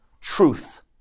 truth